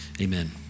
Amen